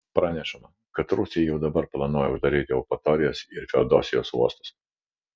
pranešama kad rusija jau dabar planuoja uždaryti eupatorijos ir feodosijos uostus